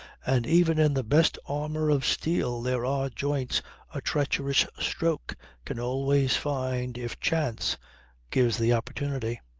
and even in the best armour of steel there are joints a treacherous stroke can always find if chance gives the opportunity.